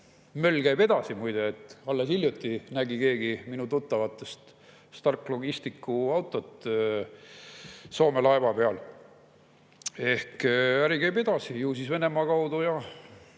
möll käib edasi muide. Alles hiljuti nägi keegi mu tuttavatest Stark Logisticsi autot Soome laeva peal. Äri käib edasi, ju siis Venemaa kaudu ja